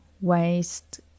waste